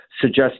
suggest